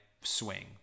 swing